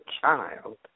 child